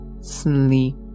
sleep